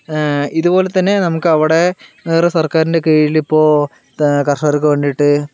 ഇതുപോലെ തന്നെ നമുക്കവടെ വേറെ സർക്കാരിൻ്റെ കീഴിലിപ്പോൾ കർഷകർക്ക് വേണ്ടീട്ട്